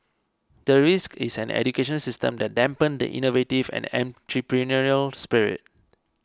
the risk is an education system that dampen the innovative and entrepreneurial spirit